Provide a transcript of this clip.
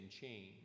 change